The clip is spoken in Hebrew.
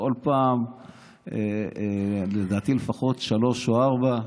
כל פעם, לדעתי לפחות שלוש או ארבע,